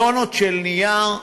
טונות של נייר.